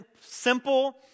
simple